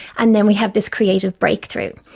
and then we have this creative breakthrough.